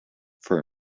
for